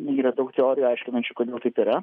yra daug teorijų aiškinančių kodėl taip yra